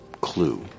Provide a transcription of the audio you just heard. clue